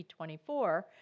P24